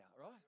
right